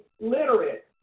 literate